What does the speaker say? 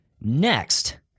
Next